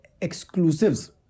exclusives